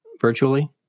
virtually